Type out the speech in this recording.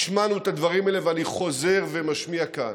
השמענו את הדברים האלה, ואני חוזר ומשמיע כאן: